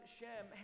Shem